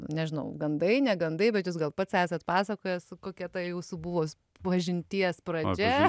nežinau gandai negandai bet jūs gal pats esat pasakojęs kokia ta jūsų buvus pažinties pradžia